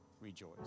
Rejoice